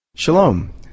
Shalom